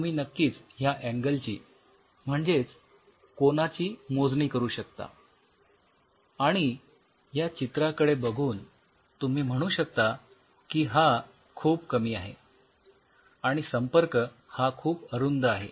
तर तुम्ही नक्कीच ह्या अँगलची म्हणजेच कोनाची मोजणी करू शकता आणि ह्या चित्राकडे बघून तुम्ही म्हणू शकता की हा खूप कमी आहे आणि संपर्क हा खूप अरुंद आहे